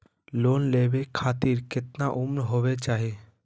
Loan लेवे खातिर केतना उम्र होवे चाही?